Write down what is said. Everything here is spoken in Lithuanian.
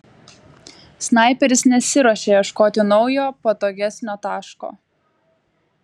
snaiperis nesiruošė ieškoti naujo patogesnio taško